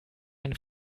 ein